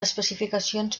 especificacions